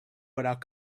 without